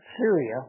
Syria